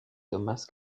thomas